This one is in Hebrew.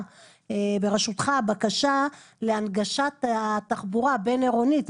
ברשותך בקשה להנגשת התחבורה הבין עירונית.